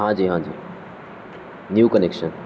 ہاں جی ہاں جی نیو کنیکشن